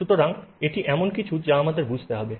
সুতরাং এটি এমন কিছু যা আমাদের বুঝতে হবে